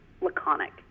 laconic